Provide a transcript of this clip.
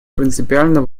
принципиально